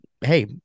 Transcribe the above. hey